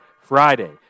Friday